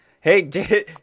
Hey